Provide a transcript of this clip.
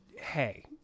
hey